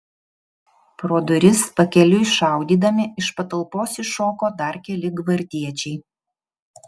pro duris pakeliui šaudydami iš patalpos iššoko dar keli gvardiečiai